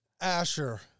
Asher